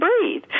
breathe